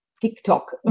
TikTok